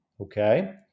Okay